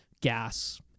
gas